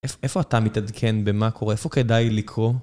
איפה אתה מתעדכן במה קורה? איפה כדאי לקרוא?